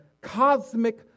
cosmic